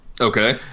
Okay